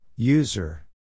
User